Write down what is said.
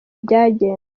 byagenze